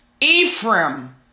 Ephraim